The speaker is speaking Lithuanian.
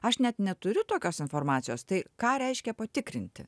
aš net neturiu tokios informacijos tai ką reiškia patikrinti